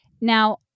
Now